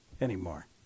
anymore